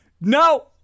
no